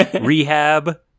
rehab